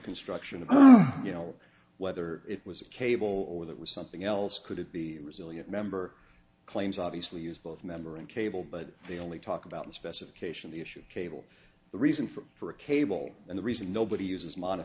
construction of you know whether it was a cable or that was something else could it be resilient member claims obviously use both member and cable but they only talk about the specification the issue cable the reason for for a cable and the reason nobody uses mon